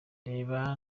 reba